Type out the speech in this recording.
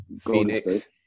Phoenix